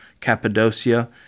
Cappadocia